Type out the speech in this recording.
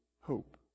hope